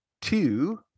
two